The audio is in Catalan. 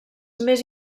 més